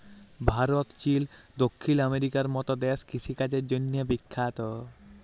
Bharat, Chile, দখ্খিল আমেরিকার মত দ্যাশ কিষিকাজের জ্যনহে বিখ্যাত